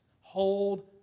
Hold